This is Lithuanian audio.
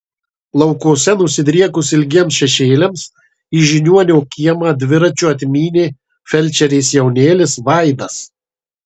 laukuose nusidriekus ilgiems šešėliams į žiniuonio kiemą dviračiu atmynė felčerės jaunėlis vaidas